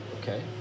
okay